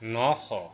নশ